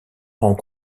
rends